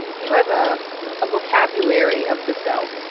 you have a ah vocabulary of the self,